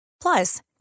Plus